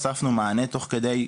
הוספנו מענה תוך כדי,